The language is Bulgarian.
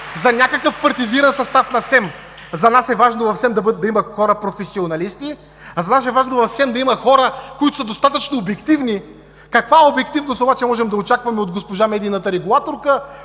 за някакъв партизиран състав на СЕМ, за нас е важно в СЕМ да има хора професионалисти, за нас е важно в СЕМ да има хора, които са достатъчно обективни. Каква обективност обаче можем да очакваме от госпожа медийната регулаторка,